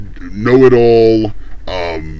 know-it-all